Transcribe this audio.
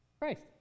Christ